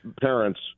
parents